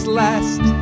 last